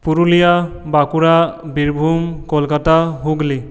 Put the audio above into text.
Purulia Bankura Birbhum Kolkata Hooghly